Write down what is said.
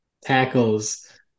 tackles